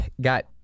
got